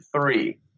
three